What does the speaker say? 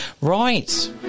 Right